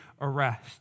arrest